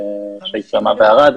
שהתקיימה בערד,